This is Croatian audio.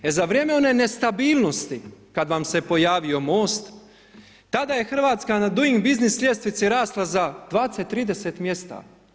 E za vrijeme one nestabilnosti kada vam se pojavio Most, tada je RH na doing business ljestvici rasla za 20,30 mjesta.